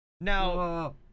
Now